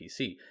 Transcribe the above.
PC